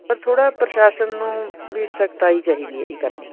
ਥੋੜ੍ਹਾ ਪ੍ਰਸ਼ਾਸਨ ਨੂੰ ਵੀ ਸਖਤਾਈ ਚਾਹੀਦੀ ਹੈ ਜੀ ਕਰਨੀ